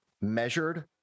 measured